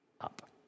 up